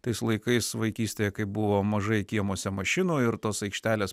tais laikais vaikystėje kai buvo mažai kiemuose mašinų ir tos aikštelės